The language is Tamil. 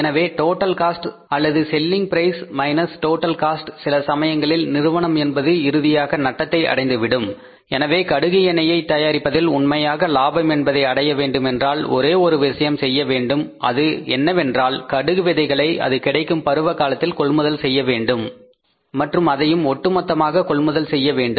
எனவே டோட்டல் காஸ்ட் அல்லது selling price minus total cost சில சமயங்களில் நிறுவனம் என்பது இறுதியாக நட்டத்தை அடைந்துவிடும் எனவே கடுகு எண்ணெயை தயாரிப்பதில் உண்மையாக லாபம் என்பதை அடைய வேண்டுமென்றால் ஒரே ஒரு விஷயத்தை செய்ய வேண்டும் அது என்னவென்றால் கடுகு விதைகளை அது கிடைக்கும் பருவகாலத்தில் கொள்முதல் செய்ய வேண்டும் மற்றும் அதையும் ஒட்டு மொத்தமாக கொள்முதல் செய்ய வேண்டும்